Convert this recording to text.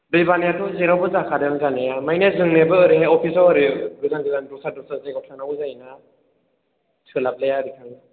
दै बानायाथ' जेरावबो जाखादों जानाया माने जोंनियाबो ओरैहाय अफिसाव ओरै गोजान गोजान दस्रा दस्रा जायगायाव थांनांगौ जायोना सोलाबलाया आरो थांनो